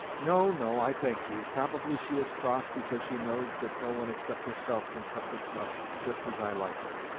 no, no, i thank you. probably she is cross because she knows that no one except herself can cut the snuff just as i like it.